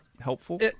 helpful